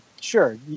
sure